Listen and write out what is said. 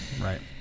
Right